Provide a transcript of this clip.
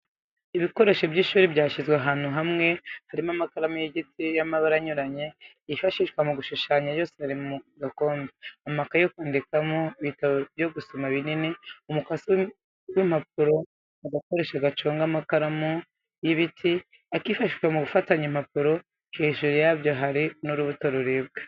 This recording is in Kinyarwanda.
Ibikoresho by'ishuri byashyizwe ahantu hamwe harimo amakaramu y'igiti y'amabara anyuranye yifashishwa mu gushushanya yose ari mu gakombe, amakaye yo kwandikamo, ibitabo byo gusoma binini, umukasi w'impapuro, agakoresho gaconga amakaramu y'ibiti, akifashishwa mu gufatanya impapuro, hejuru yabyo hari n'urubuto ruribwa.